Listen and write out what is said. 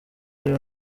rero